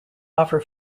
offer